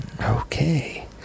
okay